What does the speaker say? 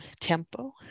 tempo